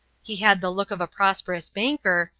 he had the look of a prosperous banker,